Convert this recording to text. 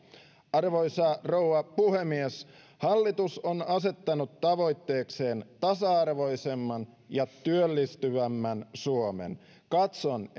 arvoisa rouva puhemies hallitus on asettanut tavoitteekseen tasa arvoisemman ja työllistyvämmän suomen katson